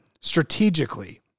strategically